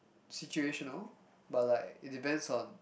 situational but like it depends on